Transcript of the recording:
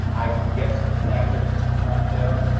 i can get some cabinets in the front there,